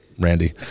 Randy